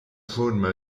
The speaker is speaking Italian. forma